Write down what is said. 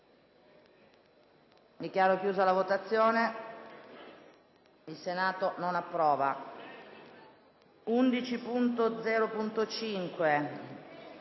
Dichiaro chiusa la votazione. **Il Senato non approva.**